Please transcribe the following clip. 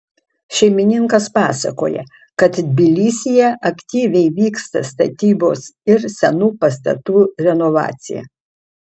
šeimininkas pasakoja kad tbilisyje aktyviai vyksta statybos ir senų pastatų renovacija